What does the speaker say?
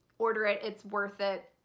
order it, it's worth it.